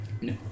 no